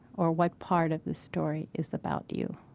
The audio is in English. or what part of the story is about you?